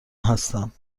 هستم